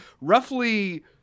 roughly